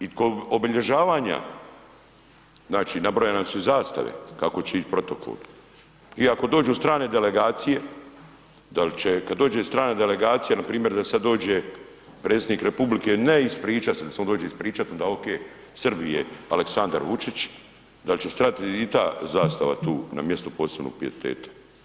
I kod obilježavanja znači nabrojane su i zastave kako će ići protokol i ako dođu strane delegacije, da li će kad dođe strana delegacija npr. da sad dođe predsjednik republike ne ispričat se, da se on dođe ispričati ona ok, Srbije, Aleksandar Vučić, da će stat i ta zastava tu na mjestu posebnog pijeteta.